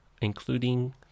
including